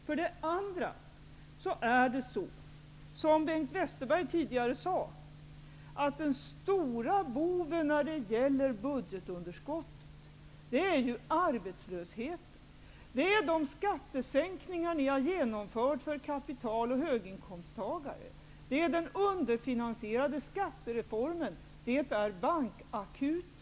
För det andra är det så, som Bengt Westerberg tidigare sade, att den stora boven när det gäller budgetunderskottet är arbetslösheten, de skatte sänkningar ni genomfört för kapital och högin komsttagare, den underfinansierade skatterefor men och bankakuten.